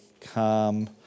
calm